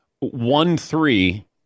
One-three